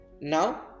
Now